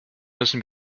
müssen